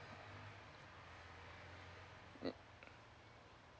mm